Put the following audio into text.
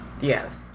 Yes